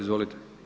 Izvolite.